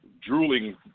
drooling –